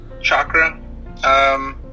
chakra